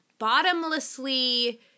bottomlessly